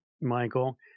Michael